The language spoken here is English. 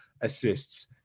assists